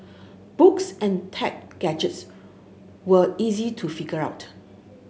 books and tech gadgets were easy to figure out